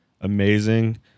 amazing